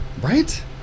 right